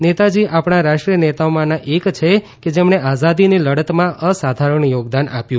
નેતાજી આપણા રાષ્ટ્રીય નેતાઓમાંના એક છે કે જેમણે આઝાદીની લડતમાં અસાધારણ યોગદાન આપ્યું